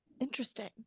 interesting